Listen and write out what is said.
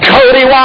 Cody